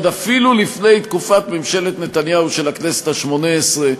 עוד אפילו לפני תקופת ממשלת נתניהו של הכנסת השמונה-עשרה,